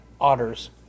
otters